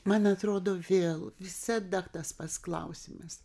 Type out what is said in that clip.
man atrodo vėl visada tas pats klausimas